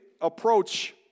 approach